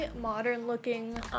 modern-looking